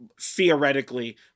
theoretically